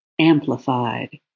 amplified